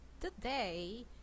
Today